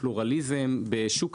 ומה שנקרא,